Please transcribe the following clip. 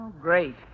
great